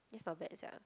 this not bad sia